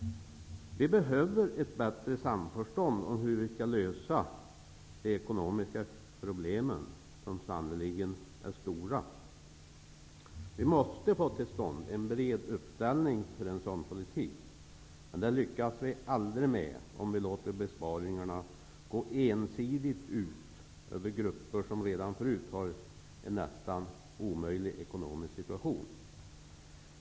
Vi behöver ett bättre samförstånd om hur vi skall lösa de ekonomiska problemen, vilka sannerligen är stora. Vi måste få till stånd en bred uppställning för en sådan politik. Det lyckas vi aldrig med om vi låter besparingarna ensidigt gå ut över grupper som redan förut har en nästan omöjlig ekonomisk situation.